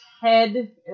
head